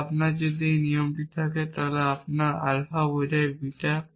এবং আপনার যদি একটি নিয়ম থাকে তবে আলফা বোঝায় বিটা